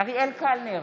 אריאל קלנר,